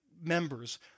members